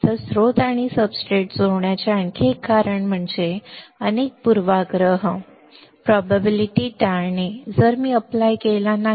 तर स्त्रोत आणि सब्सट्रेट जोडण्याचे आणखी एक कारण म्हणजे अनेक पूर्वाग्रह संभाव्यता टाळणे जर मी एप्लाय केला नाही